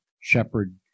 shepherd